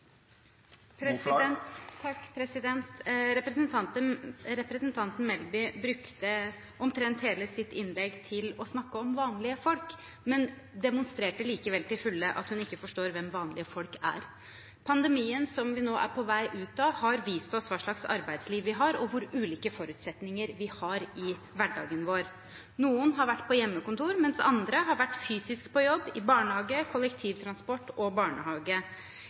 Representanten Melby brukte omtrent hele sitt innlegg til å snakke om vanlige folk, men demonstrerte likevel til fulle at hun ikke forstår hvem vanlige folk er. Pandemien vi nå er på vei ut av, har vist oss hva slags arbeidsliv vi har, og hvor ulike forutsetninger vi har i hverdagen vår. Noen har vært på hjemmekontor, mens andre har vært fysisk på jobb i bl.a. kollektivtransport og barnehage